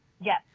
Yes